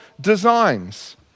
designs